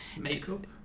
Makeup